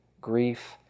grief